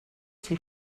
zum